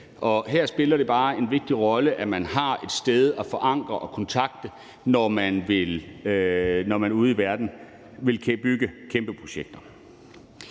Og her spiller det bare en vigtig rolle, at man har et sted at forankre det, og som man kan kontakte, når man ude i verden vil bygge kæmpeprojekter.